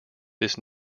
this